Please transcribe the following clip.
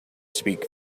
speak